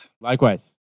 Likewise